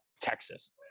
Texas